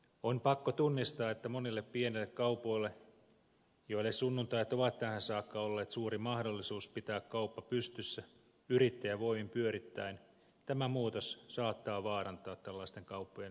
on pakko tunnistaa että kun monille pienille kaupoille sunnuntait ovat tähän saakka olleet suuri mahdollisuus pitää kauppa pystyssä yrittäjävoimin pyörittäen tämä muutos saattaa vaarantaa tällaisten kauppojen toimintaedellytykset